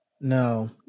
No